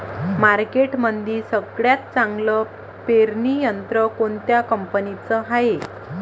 मार्केटमंदी सगळ्यात चांगलं पेरणी यंत्र कोनत्या कंपनीचं हाये?